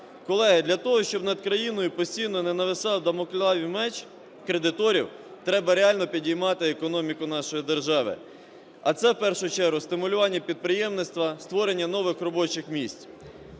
Колеги, для того, щоб над країною постійно не нависав дамоклів меч кредиторів, треба реально підіймати економіку нашої держави, а це в першу чергу стимулювання підприємництва, створення нових робочих місць.